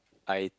I